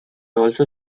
also